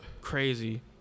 crazy